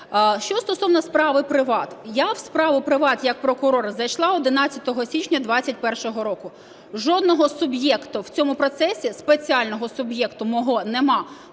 Що стосовно справи "Приват"? Я в справу "Приват" як прокурор зайшла 11 січня 2021 року. Жодного суб'єкту в цьому процесі, спеціального суб'єкту мого нема,